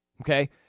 Okay